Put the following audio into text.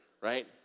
right